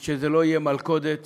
שזאת לא תהיה מלכודת.